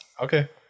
okay